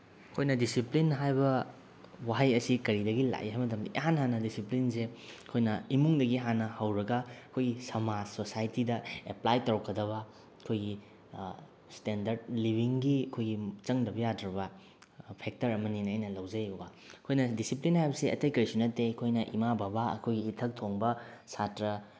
ꯑꯩꯈꯣꯏꯅ ꯗꯤꯁꯤꯄ꯭ꯂꯤꯟ ꯍꯥꯏꯕ ꯋꯥꯍꯩ ꯑꯁꯤ ꯀꯔꯤꯗꯒꯤ ꯂꯥꯛꯏ ꯍꯥꯏ ꯃꯇꯝꯗ ꯏꯍꯥꯟ ꯍꯥꯟꯅ ꯗꯤꯁꯤꯄ꯭ꯂꯤꯟꯁꯦ ꯑꯩꯈꯣꯏꯅ ꯏꯃꯨꯡꯗꯒꯤ ꯍꯥꯟꯅ ꯍꯧꯔꯒ ꯑꯩꯈꯣꯏꯒꯤ ꯁꯃꯥꯖ ꯁꯣꯁꯥꯏꯇꯤꯗ ꯑꯦꯞꯄ꯭ꯂꯥꯏ ꯇꯧꯔꯛꯀꯗꯕ ꯑꯩꯈꯣꯏꯒꯤ ꯏꯁꯇꯦꯟꯗꯔꯠ ꯂꯤꯕꯤꯡꯒꯤ ꯑꯩꯈꯣꯏꯒꯤ ꯆꯪꯗ꯭ꯔꯕ ꯌꯥꯗ꯭ꯔꯕ ꯐꯦꯛꯇꯔ ꯑꯃꯅꯦꯅ ꯑꯩꯅ ꯂꯧꯖꯩꯕꯀꯣ ꯑꯩꯈꯣꯏꯅ ꯗꯤꯁꯤꯄ꯭ꯂꯤꯟ ꯍꯥꯏꯕꯁꯦ ꯑꯇꯩ ꯀꯔꯤꯁꯨ ꯅꯠꯇꯦ ꯑꯩꯈꯣꯏꯅ ꯏꯃꯥ ꯕꯕꯥ ꯑꯩꯈꯣꯏꯒꯤ ꯏꯊꯛ ꯊꯣꯡꯕ ꯁꯥꯇ꯭ꯔ